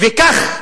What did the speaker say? וכך,